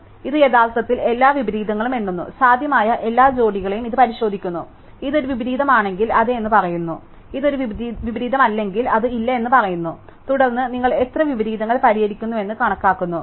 അതിനാൽ ഇത് യഥാർത്ഥത്തിൽ എല്ലാ വിപരീതങ്ങളും എണ്ണുന്നു സാധ്യമായ എല്ലാ ജോഡികളെയും ഇത് പരിശോധിക്കുന്നു ഇത് ഒരു വിപരീതമാണെങ്കിൽ അതെ എന്ന് പറയുന്നു ഇത് ഒരു വിപരീതമല്ലെങ്കിൽ അത് ഇല്ല എന്ന് പറയുന്നു തുടർന്ന് നിങ്ങൾ എത്ര വിപരീതങ്ങൾ പരിഹരിക്കുന്നുവെന്ന് കണക്കാക്കുന്നു